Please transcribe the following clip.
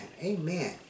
Amen